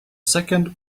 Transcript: second